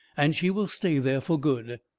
and she will stay there for good.